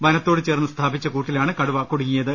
വനത്തോട് ചേർന്ന് സ്ഥാപിച്ച കൂട്ടിലാണ് കടുവ കൂടുങ്ങിയത്